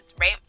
right